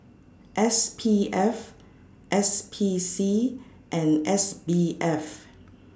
S P F S P C and S B F